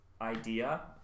idea